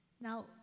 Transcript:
Now